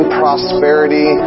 prosperity